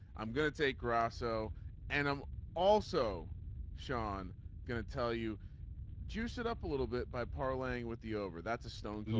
i'm going to take grasso and um also sean gonna tell you juiced it up a little bit by parlaying with the over that's a stone.